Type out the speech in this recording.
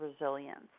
resilience